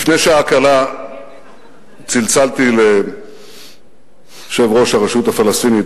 לפני שעה קלה צלצלתי ליושב-ראש הרשות הפלסטינית,